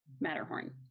Matterhorn